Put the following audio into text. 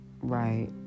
Right